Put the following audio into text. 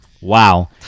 Wow